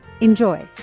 Enjoy